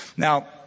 Now